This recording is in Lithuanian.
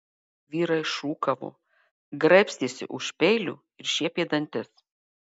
vyrai šūkavo graibstėsi už peilių ir šiepė dantis